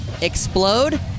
explode